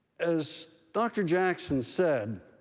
as dr. jackson said,